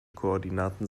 koordinaten